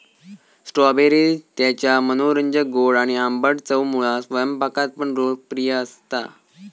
strawberry त्याच्या मनोरंजक गोड आणि आंबट चवमुळा स्वयंपाकात पण लोकप्रिय असता